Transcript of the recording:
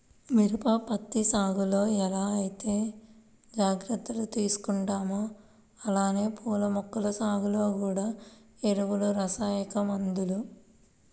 మిరప, పత్తి సాగులో ఎలా ఐతే జాగర్తలు తీసుకుంటామో అలానే పూల మొక్కల సాగులో గూడా ఎరువులు, రసాయనిక మందులు